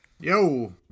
Yo